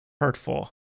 hurtful